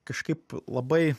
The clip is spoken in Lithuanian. kažkaip labai